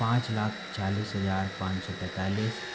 पाँच लाख चालीस हजार पाँच सौ पैतालीस